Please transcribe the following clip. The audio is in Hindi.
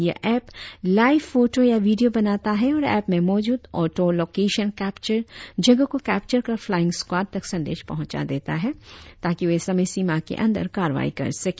यह एप लाइव फोटो या विडियो बनाता है और एप में मौजूद ओटो लोकेशन केपचर जगह को केपचर कर फ्लाईंग स्कवाड तक संदेश पहुचा देता है ताकि वे समय सीमा के अंदर कार्रवाई कर सके